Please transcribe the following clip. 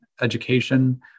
education